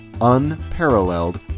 unparalleled